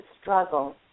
struggle